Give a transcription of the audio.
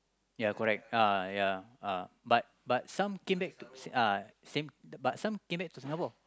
ya correct uh ya uh but but some came back to uh same but some came back to Singapore